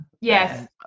yes